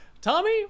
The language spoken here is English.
Tommy